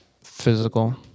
physical